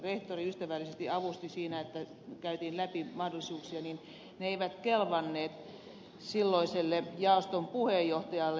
rehtori ystävällisesti avusti kun käytiin läpi mahdollisuuksia mutta ne eivät kelvanneet silloiselle jaoston puheenjohtajalle